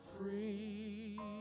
free